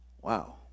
Wow